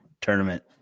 tournament